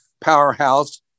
powerhouse